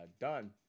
done